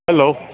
hello